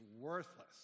worthless